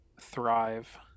thrive